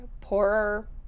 poorer